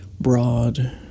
broad